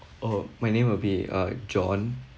oh my name will be uh john